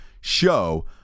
show